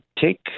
take